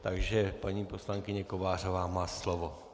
Takže paní poslankyně Kovářová má slovo.